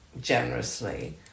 generously